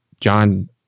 john